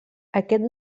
aquest